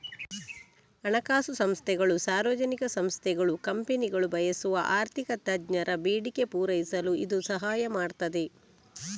ಹಣಕಾಸು ಸಂಸ್ಥೆಗಳು, ಸಾರ್ವಜನಿಕ ಸಂಸ್ಥೆಗಳು, ಕಂಪನಿಗಳು ಬಯಸುವ ಆರ್ಥಿಕ ತಜ್ಞರ ಬೇಡಿಕೆ ಪೂರೈಸಲು ಇದು ಸಹಾಯ ಮಾಡ್ತದೆ